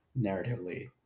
narratively